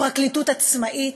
פרקליטות עצמאית,